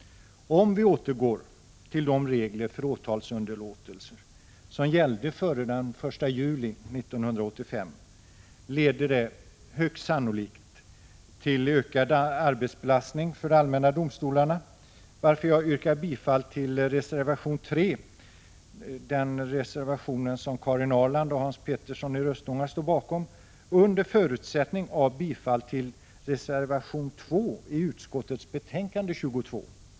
Om vi återgår till de regler för åtalsunderlåtelse som gällde före den 1 juli 1985, leder det högst sannolikt till en ökad arbetsbelastning för de allmänna domstolarna. Jag yrkar således bifall till reservation 3 — som Karin Ahrland och Hans Petersson i Röstånga står bakom —, men under förutsättning av bifall till reservation 2 i justitieutskottets betänkande 22.